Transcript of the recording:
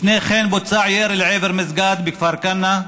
לפני כן בוצע ירי לעבר מסגד, בכפר כנא,